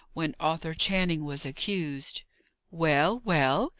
when arthur channing was accused well? well?